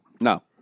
No